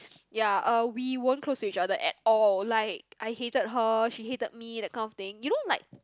ya uh we weren't close to each other at all like I hated her she hated me that kind of thing you know like